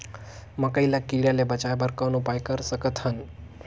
मकई ल कीड़ा ले बचाय बर कौन उपाय कर सकत हन?